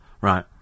Right